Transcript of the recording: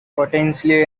potentially